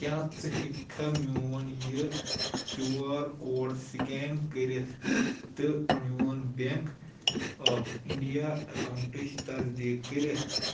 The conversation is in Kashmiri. کیٛاہ ژٕ ہٮ۪کھا میون یہِ کیوٗ آر کوڈ سکین کٔرِتھ تہٕ میون بیٚنٛک آف انٛڈیا اکاونٹٕچ تصدیق کٔرِتھ